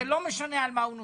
זה לא משנה על מה הוא נוסע,